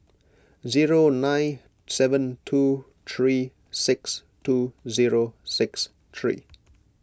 zero nine seven two three six two zero six three